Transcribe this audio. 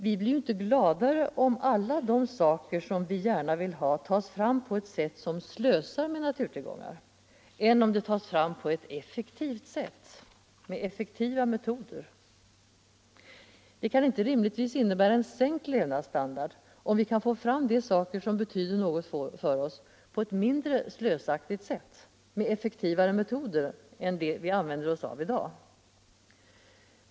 Vi blir inte gladare om alla de saker som vi gärna vill ha tas fram på ett sätt som innebär att man slösar med naturtillgångar än om de tas fram med effektiva metoder. Det kan inte rimligtvis medföra en sänkt levnadsstandard om vi kan få fram de saker som betyder något för oss på ett mindre slösaktigt sätt med effektivare metoder än de som vi använder oss av i dag.